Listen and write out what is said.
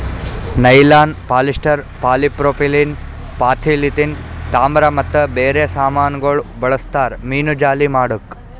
nylon, polyester, polypropylene, polyethylene, ತಾಮ್ರ ಮತ್ತ ಬೇರೆ ಸಾಮಾನಗೊಳ್ ಬಳ್ಸತಾರ್ ಮೀನುಜಾಲಿ ಮಾಡುಕ್